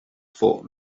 for